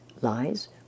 lies